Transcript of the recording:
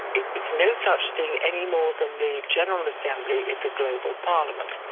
it's no such thing, any more than the general assembly is a global parliament.